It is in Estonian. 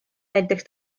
näiteks